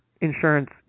insurance